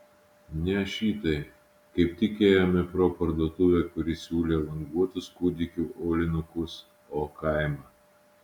ne šitai kaip tik ėjome pro parduotuvę kuri siūlė languotus kūdikių aulinukus o kaimą